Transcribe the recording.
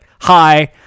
hi